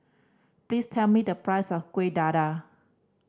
please tell me the price of Kueh Dadar